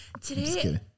today